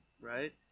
right